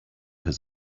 his